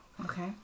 okay